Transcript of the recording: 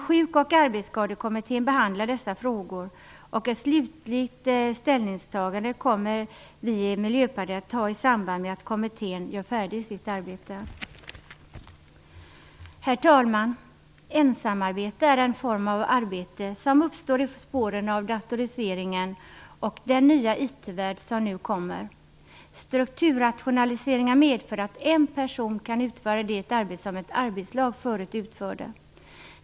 Sjuk och arbetsskadekommittén behandlar dessa frågor, och ett slutligt ställningstagande kommer vi i Miljöpartiet att göra i samband med att kommittén gör färdigt sitt arbete. Herr talman! Ensamarbete är en form av arbete som uppstår i spåren av datoriseringen och den nya IT-värld som nu kommer. Strukturrationaliseringar medför att en person kan utföra det arbetet som ett arbetslag förut utförde.